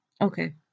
Okay